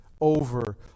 over